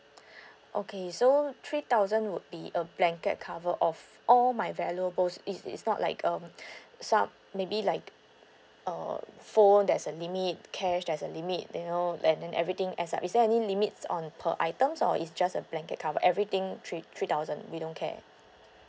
okay so three thousand would be a blanket cover of all my valuables is is not like um some maybe like uh phone there's a limit cash there's a limit you know and then everything as a is there any limits on per items or is just a blanket cover everything three three thousand we don't care